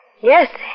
Yes